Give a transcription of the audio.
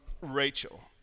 Rachel